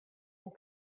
and